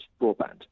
broadband